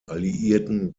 alliierten